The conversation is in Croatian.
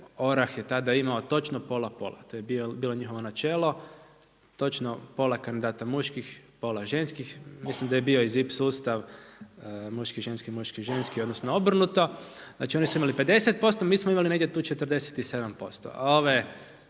ORAH je tada imao točno pola pola. To je bilo njihovo načelo, točno pola kandidata muških, pola ženskih. Mislim da je bio i ZIP sustav muški ženski, muški ženski, odnosno obrnuto. Znači oni su imali 50%. Mi smo imali negdje tu 47%. A ove